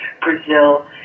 Brazil